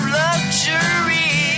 luxury